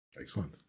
Excellent